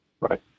Right